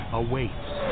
awaits